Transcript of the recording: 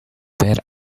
where